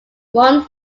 one